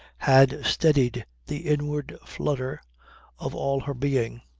had steadied the inward flutter of all her being.